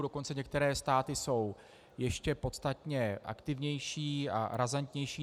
Dokonce některé státy jsou ještě podstatně aktivnější a razantnější.